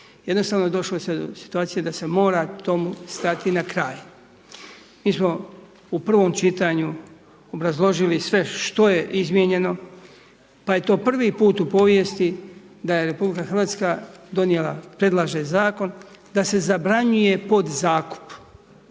Jednostavno je došlo do situacije da se mora tom stati na kraj. Mi smo u prvom čitanju obrazložili što je izmijenjeno pa je to prvi put u povijesti da je RH donijela, predlaže zakon da se zabranjuje podzakup.